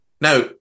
Now